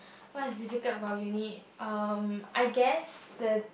what is difficult about uni um I guess the